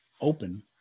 open